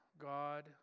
God